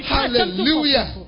Hallelujah